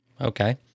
Okay